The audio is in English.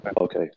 okay